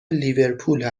لیورپول